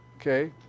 Okay